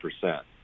percent